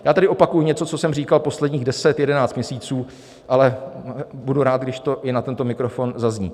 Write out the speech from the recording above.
Já tedy opakuji něco, co jsem říkal posledních deset, jedenáct měsíců, ale budu rád, když to i na tento mikrofon zazní.